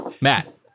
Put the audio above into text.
Matt